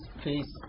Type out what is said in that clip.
please